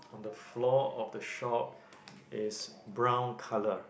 on the floor of the shop is brown colour